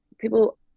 people